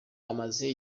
amaze